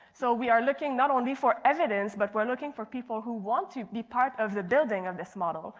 so we are looking not only for evidence, but we are looking for people who want to be part of the building of this model.